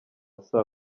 saa